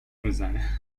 میزنه